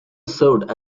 served